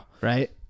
Right